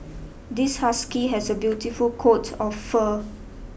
this husky has a beautiful coat of fur